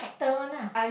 actor one lah